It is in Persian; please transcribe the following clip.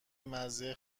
مزه